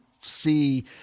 see